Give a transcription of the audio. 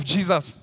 Jesus